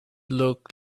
looked